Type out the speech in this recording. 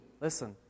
listen